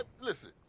Listen